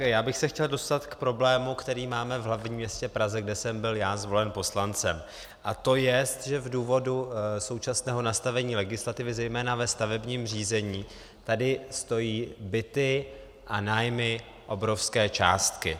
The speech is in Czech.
Já bych se chtěl dostat k problému, který máme v hlavním městě Praze, kde jsem byl zvolen poslancem, a to je, že z důvodu současného nastavení legislativy zejména ve stavebním řízení tady stojí byty a nájmy obrovské částky.